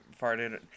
farted